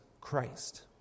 Christ